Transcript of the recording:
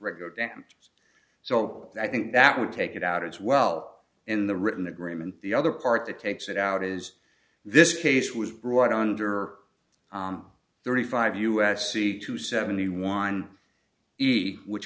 regular dams so i think that would take it out as well in the written agreement the other part that takes it out is this case was brought under thirty five us c to seventy one which